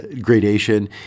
gradation